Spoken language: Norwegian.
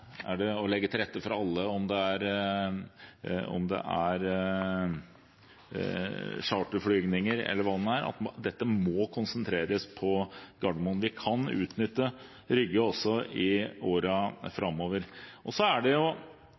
grunn til å legge til rette for at alle flygninger, om det er charterflygninger eller hva det nå er, må konsentreres på Gardermoen. Vi kan utnytte Rygge også i årene framover. Begrunnelsen for å ha en tredje rullebane er ikke antallet passasjerer som skal gjennom Gardermoen. Nå ligger det